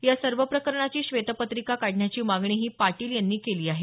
या सर्व प्रकरणाची श्वेतपत्रिका काढण्याची मागणीही पाटील यांनी केली आहे